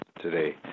today